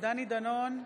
דני דנון,